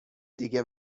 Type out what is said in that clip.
دیگه